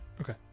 Okay